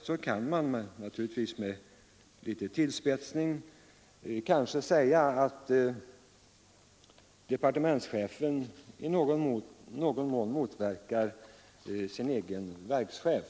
Man kan kanske — naturligtvis litet tillspetsat — säga att departementschefen i någon mån motarbetar sin egen verkschef.